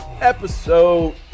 episode